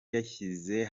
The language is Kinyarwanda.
yashyize